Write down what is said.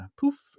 poof